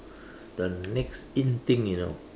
the next in thing you know